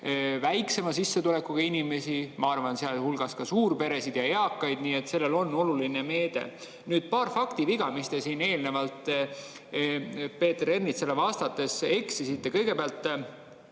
väiksema sissetulekuga inimesi, ma arvan, et ka suurperesid ja eakaid, nii et see on oluline meede. Nüüd, paar faktiviga, mis te siin eelnevalt Peeter Ernitsale vastates esitasite. Kõigepealt,